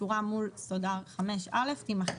השורה מול סודר (5א) תימחק.